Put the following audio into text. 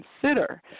consider